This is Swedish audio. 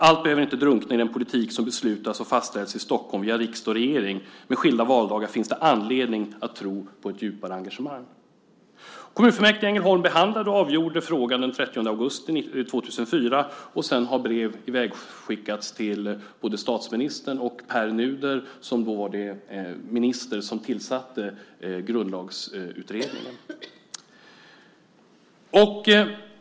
Allt behöver inte drunkna i den politik som beslutas och fastställs i Stockholm via riksdag och regering. Med skilda valdagar finns det anledning att tro på ett djupare engagemang. Kommunfullmäktige i Ängelholm behandlade och avgjorde frågan den 30 augusti 2004. Sedan har brev ivägskickats till både statsministern och Pär Nuder som var den minister som tillsatte Grundlagsutredningen.